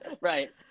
Right